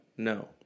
No